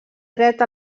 dret